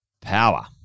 power